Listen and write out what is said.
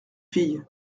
fille